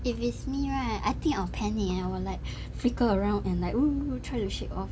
if it's me right I think I'll panic eh or like flicker around and like !woo! try to shake off